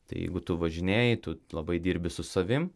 tai jeigu tu važinėji tu labai dirbi su savimi